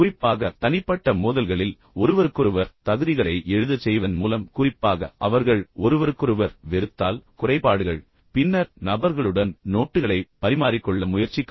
குறிப்பாக தனிப்பட்ட மோதல்களில் ஒருவருக்கொருவர் தகுதிகளை எழுதச் செய்வதன் மூலம் குறிப்பாக அவர்கள் ஒருவருக்கொருவர் வெறுத்தால் குறைபாடுகள் பின்னர் நபர்களுடன் நோட்டுகளைப் பரிமாறிக்கொள்ள முயற்சிக்கவும்